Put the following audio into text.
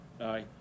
aye